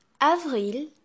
Avril